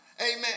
Amen